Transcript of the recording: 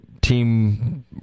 team